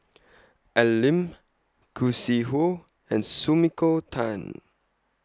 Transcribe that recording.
Al Lim Khoo Sui Hoe and Sumiko Tan